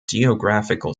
geographical